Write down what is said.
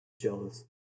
jealous